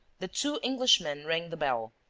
the two englishmen rang the bell,